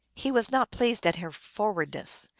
he was not pleased at her forwardness,